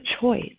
choice